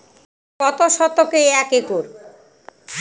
কত শতকে এক একর?